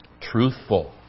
truthful